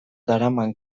daraman